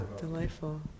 Delightful